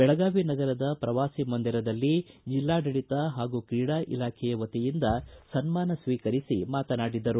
ಬೆಳಗಾವಿ ನಗರದ ಪ್ರವಾಸಿಮಂದಿರದಲ್ಲಿ ಜಿಲ್ಲಾಡಳಿತ ಹಾಗೂ ಕ್ರೀಡಾ ಇಲಾಖೆಯ ವತಿಯಿಂದ ಸನ್ಮಾನ ಸ್ವೀಕರಿಸಿ ಮಾತನಾಡಿದರು